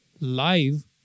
live